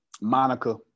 Monica